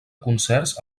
concerts